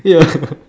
ya